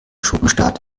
schurkenstaat